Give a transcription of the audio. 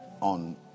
on